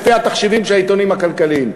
לפי התחשיבים של העיתונים הכלכליים.